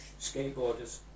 skateboarders